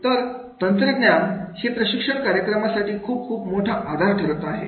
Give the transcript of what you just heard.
तर तंत्रज्ञान हे प्रशिक्षण कार्यक्रमांसाठी खूप खूप मोठा आधार ठरत आहे